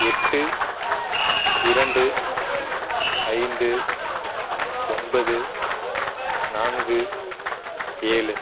எட்டு இரண்டு ஐந்து ஒன்பது நான்கு ஏழு